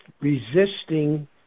resisting